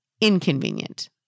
inconvenient